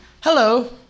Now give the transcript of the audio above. hello